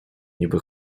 niby